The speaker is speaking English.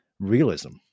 realism